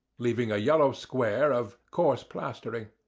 leaving a yellow square of coarse plastering.